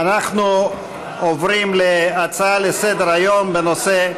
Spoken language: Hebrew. נעבור להצעה לסדר-היום בנושא: